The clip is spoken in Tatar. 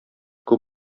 күп